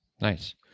Nice